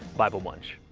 bible munch!